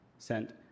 sent